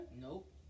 Nope